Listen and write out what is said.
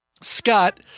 Scott